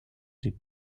des